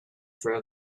through